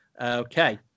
Okay